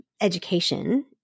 education